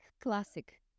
Classic